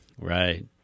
Right